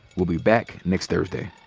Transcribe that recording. we'll be back next thursday